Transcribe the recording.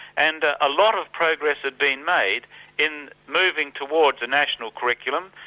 and ah a lot of progress had been made in moving towards a national curriculum.